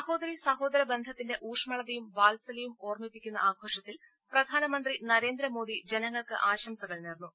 സഹോദരീ സഹോദര ബന്ധത്തിന്റെ ഊഷ്മളതയും വാത്സല്യവും ഓർമ്മിപ്പിക്കുന്ന ആഘോഷത്തിൽ പ്രധാനമന്ത്രി നരേന്ദ്രമോദി ജനങ്ങൾക്ക് ആശംസകൾ നേർന്നു